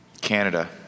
Canada